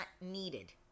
needed